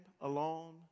alone